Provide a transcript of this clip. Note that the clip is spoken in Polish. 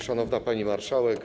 Szanowna Pani Marszałek!